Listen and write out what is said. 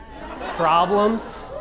Problems